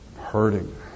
hurting